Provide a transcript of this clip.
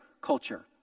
culture